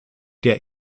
der